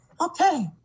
Okay